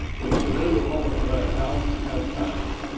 which the new republican-led house has passed.